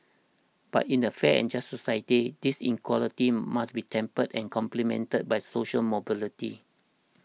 but in a fair and just society this inequality must be tempered and complemented by social mobility